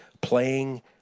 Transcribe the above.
playing